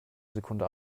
sekunde